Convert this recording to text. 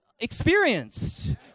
experienced